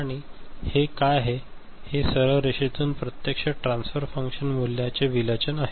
आणि हे काय आहे हे सरळ रेषेतून प्रत्यक्ष ट्रान्सफर फंकशन मूल्यांचे विचलन आहे